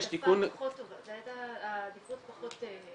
זו הייתה האופציה הפחות מועדפת.